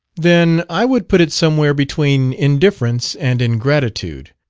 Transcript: then i would put it somewhere between indifference and ingratitude.